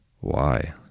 Why